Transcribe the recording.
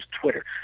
Twitter